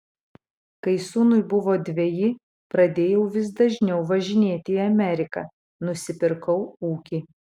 kai sūnui buvo dveji pradėjau vis dažniau važinėti į ameriką nusipirkau ūkį